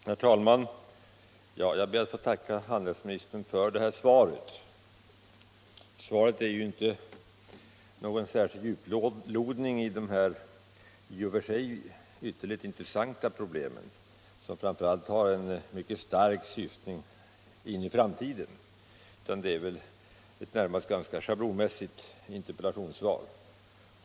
Herr talman! Jag ber att få tacka handelsministern för svaret. Svaret är inte någon djuplodning i dessa i och för sig ytterligt intressanta problem med stark syftning in i framtiden, utan det är ett närmast ganska schablonmässigt interpellationssvar.